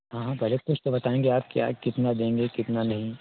हाँ पहले कुछ तो बताएंगे आप क्या कितना देंगे कितना नही